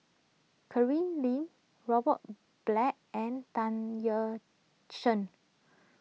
Lim Robert Black and Tan Yeok Seong